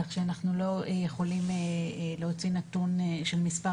כך שאנחנו לא יכולים להוציא נתון של מספר